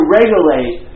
regulate